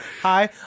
Hi